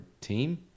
team